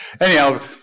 Anyhow